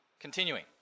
Continuing